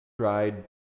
tried